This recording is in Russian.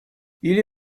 или